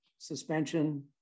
Suspension